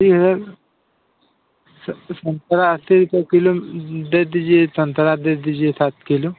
ठीक है सर संतरा अस्सी रुपय किलो दे दीजिए संतरा दे दीजिए सात किलो